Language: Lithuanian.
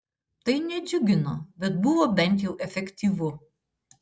tai nedžiugino bet buvo bent jau efektyvu